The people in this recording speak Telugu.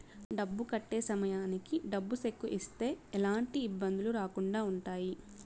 డబ్బు కట్టే సమయానికి డబ్బు సెక్కు ఇస్తే ఎలాంటి ఇబ్బందులు రాకుండా ఉంటాయి